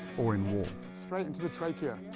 or in war. straight into the trachea.